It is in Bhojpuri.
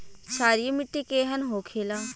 क्षारीय मिट्टी केहन होखेला?